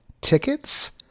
tickets